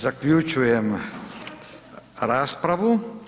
Zaključujem raspravu.